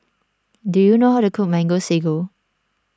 do you know how to cook Mango Sago